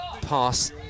Pass